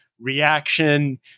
reaction